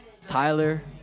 Tyler